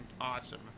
awesome